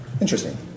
Interesting